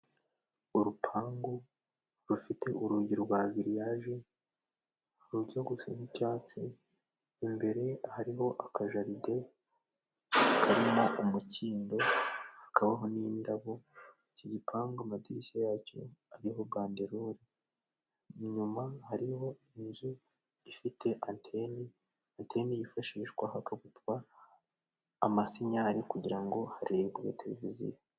Urupangu rufite urugi rwa giriyage, rujya gusa nk'icyatsi, imbere hariho akajaderi karimo umukindo hakabaho n'indabo, ikigi pangu amadirishya yacyo ariho banderore, inyuma hariho inzu ifite anteni, anteni yifashishwa hakabutwa amasinyari, kugira ngo harebwe televiziyo.